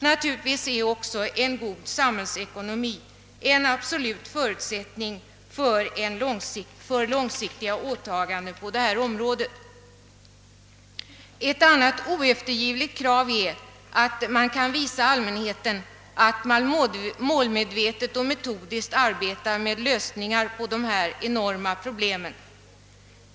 Naturligtvis är också en god samhällsekonomi en absolut förutsättning för de långsiktiga åtagandena på dessa områden. Ett annat oeftergivligt krav är att man kan visa allmänheten att man målmedvetet och metodiskt arbetar för att åstadkomma lösningar av dessa enorma problem.